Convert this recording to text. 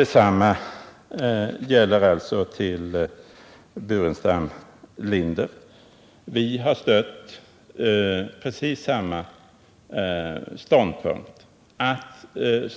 Detsamma gäller herr Burenstam Linder. Han och jag har stött precis samma ståndpunkt, den